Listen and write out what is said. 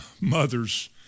mother's